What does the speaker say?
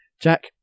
Jack